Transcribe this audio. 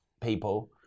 people